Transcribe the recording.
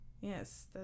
yes